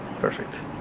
Perfect